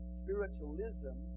spiritualism